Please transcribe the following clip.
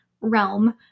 realm